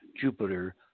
Jupiter